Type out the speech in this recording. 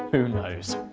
who knows.